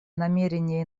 намерение